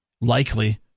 likely